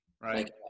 right